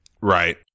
right